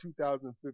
2015